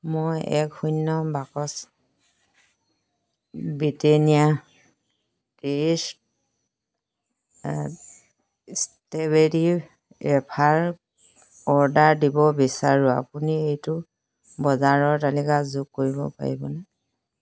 মই এক শূন্য box Britannia strawberry wafer order দিব বিচাৰো আপুনি এইটো বজাৰৰ তালিকাত যোগ কৰিব পাৰিবনে